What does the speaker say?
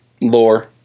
lore